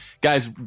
Guys